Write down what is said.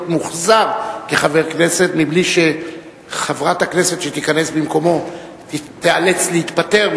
מוחזר כחבר כנסת מבלי שחברת הכנסת שתיכנס במקומו תיאלץ להתפטר,